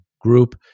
group